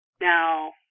Now